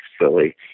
silly